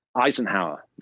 Eisenhower